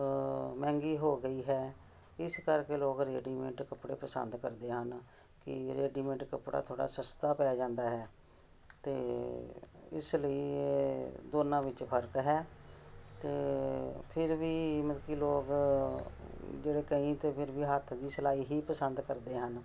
ਮਹਿੰਗੀ ਹੋ ਗਈ ਹੈ ਇਸ ਕਰਕੇ ਲੋਕ ਰੈਡੀਮੇਟ ਕੱਪੜੇ ਪਸੰਦ ਕਰਦੇ ਹਨ ਕਿ ਰੈਡੀਮੇਟ ਕੱਪੜਾ ਥੋੜ੍ਹਾ ਸਸਤਾ ਪੈ ਜਾਂਦਾ ਹੈ ਅਤੇ ਇਸ ਲਈ ਇਹ ਦੋਨਾਂ ਵਿੱਚ ਫਰਕ ਹੈ ਅਤੇ ਫਿਰ ਵੀ ਮਤਲਬ ਕਿ ਲੋਕ ਜਿਹੜੇ ਕਈ ਤਾਂ ਫਿਰ ਵੀ ਹੱਥ ਦੀ ਸਿਲਾਈ ਹੀ ਪਸੰਦ ਕਰਦੇ ਹਨ